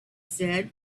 said